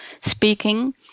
speaking